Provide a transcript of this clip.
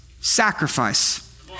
sacrifice